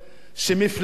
שמפלגה